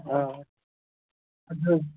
آ